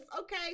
Okay